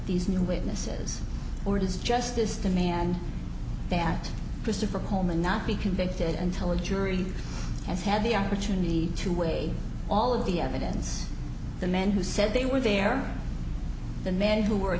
these new witnesses or does justice demand that christopher coleman not be convicted and tell a jury has had the opportunity to weigh all of the evidence the men who said they were there the men who were a